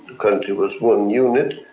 country was one unit